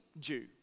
Jew